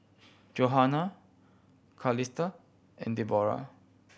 Johana Carlisle and Deborah